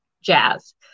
jazz